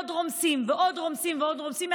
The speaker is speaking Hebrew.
עוד רומסים ועוד רומסים ועוד רומסים,